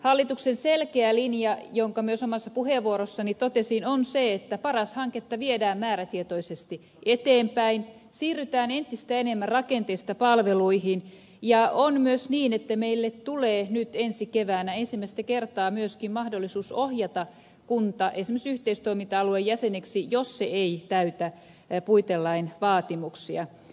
hallituksen selkeä linja jonka myös omassa puheenvuorossani totesin on se että paras hanketta viedään määrätietoisesti eteenpäin siirrytään entistä enemmän rakenteista palveluihin ja on myös niin että meille tulee ensi keväänä ensimmäistä kertaa myöskin mahdollisuus ohjata kunta esimerkiksi yhteistoiminta alueen jäseneksi jos se ei täytä puitelain vaatimuksia